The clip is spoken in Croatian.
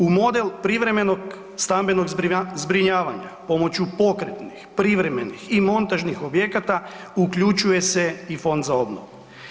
U model privremenog stambenog zbrinjavanja pomoći pokretnih, privremenih i montažnih objekata, uključuje se i Fond za obnovu.